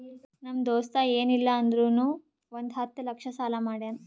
ನಮ್ ದೋಸ್ತ ಎನ್ ಇಲ್ಲ ಅಂದುರ್ನು ಒಂದ್ ಹತ್ತ ಲಕ್ಷ ಸಾಲಾ ಮಾಡ್ಯಾನ್